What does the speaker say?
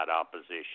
opposition